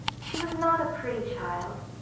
she was not a pretty child.